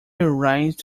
arrived